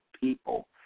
people